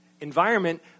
environment